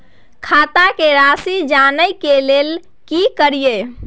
खाता के राशि जानय के लेल की करिए?